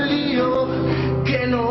you know